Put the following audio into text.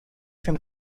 from